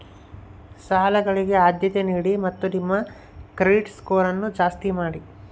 ಸಾಲಗಳಿಗೆ ಆದ್ಯತೆ ನೀಡಿ ಮತ್ತು ನಿಮ್ಮ ಕ್ರೆಡಿಟ್ ಸ್ಕೋರನ್ನು ಜಾಸ್ತಿ ಮಾಡಿ